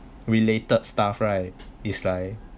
related stuff right is like